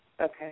okay